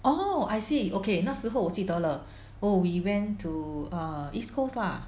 oh I see okay 那时候我记得了 oh we went to err East Coast lah